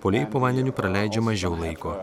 puolėjai po vandeniu praleidžia mažiau laiko